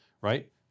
right